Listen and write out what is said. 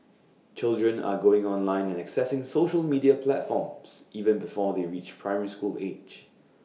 children are going online and accessing social media platforms even before they reach primary school age